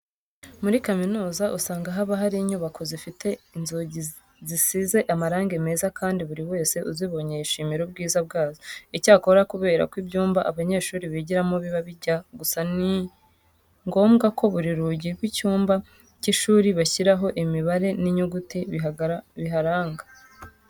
Muri kaminuza usanga haba hari inyubako zifite inzugi zisize amarange meza kandi buri wese uzibonye yishimira ubwiza bwazo. Icyakora kubera ko ibyumba abanyeshuri bigiramo biba bijya gusa, ni ngombwa ko buri rugi rw'icyumba cy'ishuri bashyiraho imibare n'inyuguti biharanga.